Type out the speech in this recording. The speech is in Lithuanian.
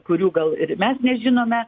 kurių gal ir mes nežinome